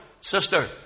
sister